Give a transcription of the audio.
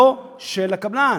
לא של הקבלן,